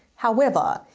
however,